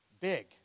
big